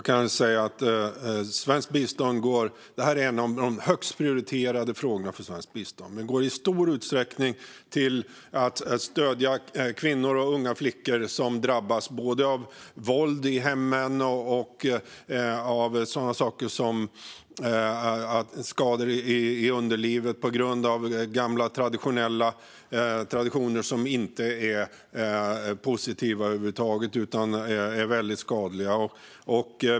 Fru talman! Detta är en av de högst prioriterade frågorna för svenskt bistånd. Det går i stor utsträckning till att stödja kvinnor och unga flickor som drabbas både av våld i hemmet och av skador i underlivet på grund av gamla traditioner som inte är positiva över huvud taget utan är väldigt skadliga.